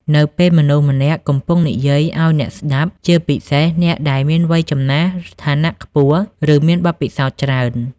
នៅពេលមនុស្សម្នាក់កំពុងនិយាយអោយអ្នកស្ដាប់ ជាពិសេសអ្នកដែលមានវ័យចំណាស់ ឋានៈខ្ពស់ ឬមានបទពិសោធន៍ច្រើន។